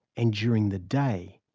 and during the day,